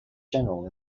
general